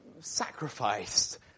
sacrificed